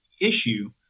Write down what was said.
issue